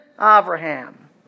Abraham